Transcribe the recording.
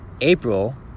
April